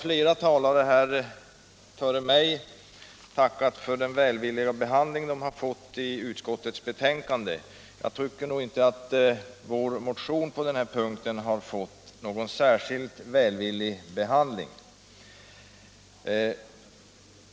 Flera av talarna före mig har tackat för den välvilliga behandling deras motioner fått i utskottets betänkande. Jag tycker dock inte att vår motion fått någon särskilt välvillig behandling.